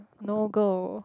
no go